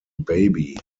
baby